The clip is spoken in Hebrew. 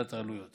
הורדת העלויות